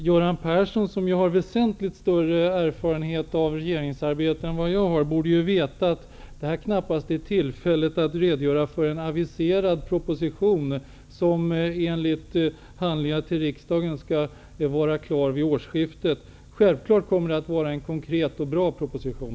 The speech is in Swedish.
Göran Persson, som har väsentligt större erfarenhet av regeringsarbete än vad jag har, borde veta att det här knappast är tillfället att redogöra för innehållet i en aviserad proposition som skall vara klar till årsskiftet. Det kommer självfallet att vara en konkret och bra proposition.